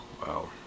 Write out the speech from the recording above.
Wow